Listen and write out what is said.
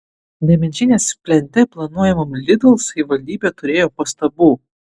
nemenčinės plente planuojamam lidl savivaldybė turėjo pastabų